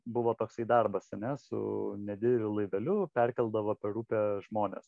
buvo toksai darbas ar ne su nedideliu laiveliu perkeldavo per upę žmones